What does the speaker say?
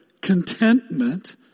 contentment